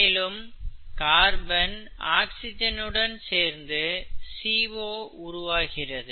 மேலும் கார்பன் ஆக்சிஜனுடன் சேர்ந்து CO உருவாகிறது